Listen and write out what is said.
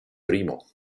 primo